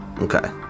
Okay